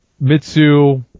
Mitsu